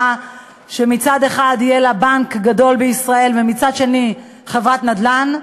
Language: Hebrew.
מצד אחד בנק גדול בישראל ומצד שני חברת נדל"ן.